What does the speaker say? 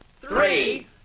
three